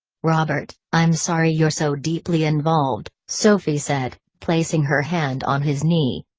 robert, i'm sorry you're so deeply involved, sophie said, placing her hand on his knee.